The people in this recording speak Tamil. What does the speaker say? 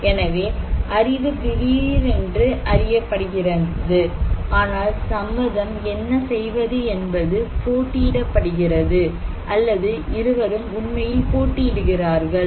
எனவே அறிவு திடீரென்று அறியப்படுகிறது ஆனால் சம்மதம் என்ன செய்வது என்பது போட்டியிடப்படுகிறது அல்லது இருவரும் உண்மையில் போட்டியிடுகிறார்கள்